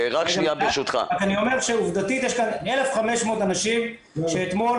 אני אומר שעובדתית יש 1,500 אנשים שאתמול